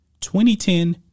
2010